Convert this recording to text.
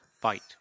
fight